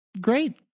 Great